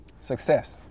Success